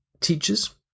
teachers